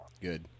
Good